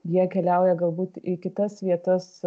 jie keliauja galbūt į kitas vietas